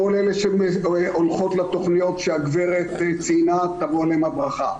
כל אלה שהולכות לתכניות שהגברת ציינה תבוא עליהן הברכה.